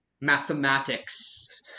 mathematics